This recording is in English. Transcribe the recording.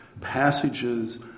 passages